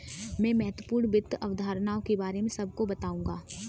मैं महत्वपूर्ण वित्त अवधारणाओं के बारे में सबको बताऊंगा